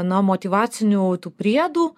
na motyvacinių tų priedų